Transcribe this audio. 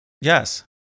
Yes